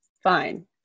fine